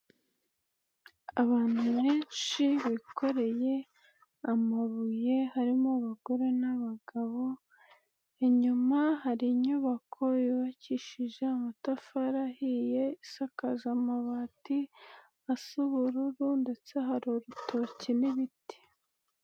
Abantu benshi bikoreye amabuye harimo abagore n'abagabo, inyuma hari inyubako yubakishije amatafari ahiye isakaje amabati asa ubururu ndetse hari urutoke n'ibiti.